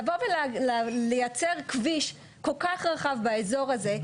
לבוא ולייצר כביש כל כך רחב באזור הזה,